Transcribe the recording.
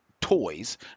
toys